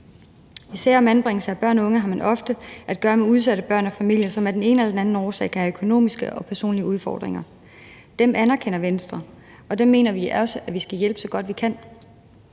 I sager om anbringelse af børn og unge har man ofte at gøre med udsatte børn og familier, som af den ene eller den anden årsag kan have økonomiske og personlige udfordringer. Det anerkender Venstre, og derfor mener vi også, at vi skal hjælpe, så godt vi kan.